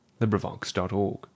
LibriVox.org